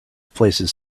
places